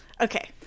okay